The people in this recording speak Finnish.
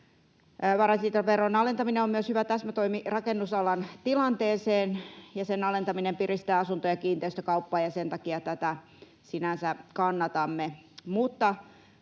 Varainsiirtoveron alentaminen on myös hyvä täsmätoimi rakennusalan tilanteeseen. Alentaminen piristää asunto- ja kiinteistökauppaa, ja sen takia tätä sinänsä kannatamme.